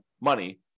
money